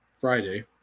Friday